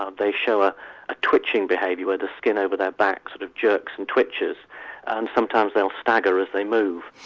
um they show a ah twitching behaviour where the skin over their back sort of jerks and twitches and sometimes they'll stagger as they move.